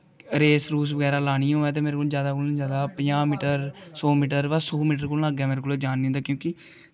race रूस बगैरा लानी होऐ ते मेरे कोला जादा कोला दा जादा पंजाह् मीटर सौ मीटर बा सौ मीटर कोला दा अग्गें मेरे कोल जान निं होंदा क्योंकि